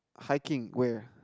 hiking where